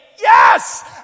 yes